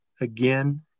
again